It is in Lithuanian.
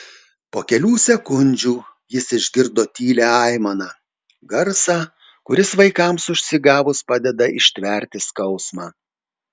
po kelių sekundžių jis išgirdo tylią aimaną garsą kuris vaikams užsigavus padeda ištverti skausmą